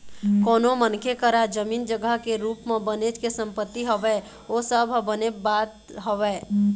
कोनो मनखे करा जमीन जघा के रुप म बनेच के संपत्ति हवय ओ सब ह बने बात हवय